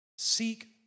Seek